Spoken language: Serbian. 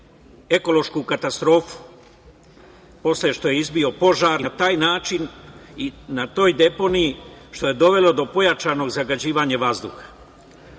ekološku katastrofu, posle što je izbio požar i na taj način i na toj deponiji što je dovelo do pojačanog zagađivanja vazduha.